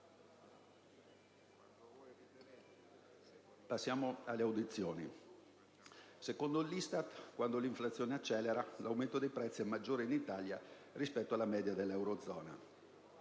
Passiamo alle audizioni. Secondo l'ISTAT, quando l'inflazione accelera l'aumento dei prezzi è maggiore in Italia rispetto alla media dell'eurozona